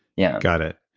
yeah got it.